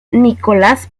nicolás